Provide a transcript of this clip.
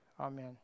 Amen